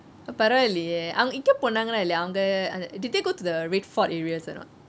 பரவாயிலே இங்கே போனாங்களா இல்லையா அவங்க அந்த:paravaaileyeh ingeh ponaangela illaiyaa avenge antha did they go to the red fort areas or not